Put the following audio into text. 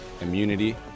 immunity